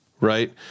Right